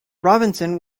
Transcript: robinson